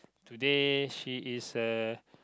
today she is a